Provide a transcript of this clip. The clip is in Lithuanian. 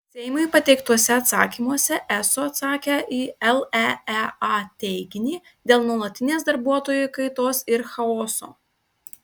seimui pateiktuose atsakymuose eso atsakė į leea teiginį dėl nuolatinės darbuotojų kaitos ir chaoso